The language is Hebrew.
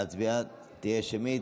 ההצבעה תהיה שמית.